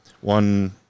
one